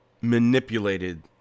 manipulated